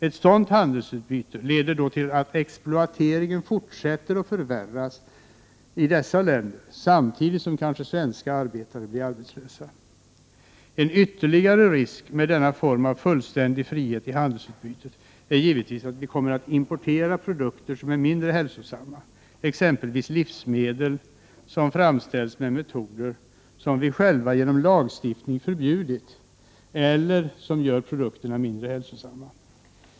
Ett sådant handelsutbyte leder till att exploateringen fortsätter att förvärras i dessa länder, samtidigt som svenska arbetare kanske blir arbetslösa. En ytterligare risk med denna form av fullständig frihet i handelsutbytet är givetvis att vi kommer att importera produkter som är mindre hälsosamma. Det gäller exempelvis livsmedel som framställts med metoder som vi själva genom lagstiftning förbjudit då de gör produkten mindre hälsosam.